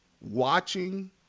watching